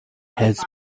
has